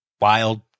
wild